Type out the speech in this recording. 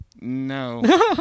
No